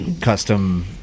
custom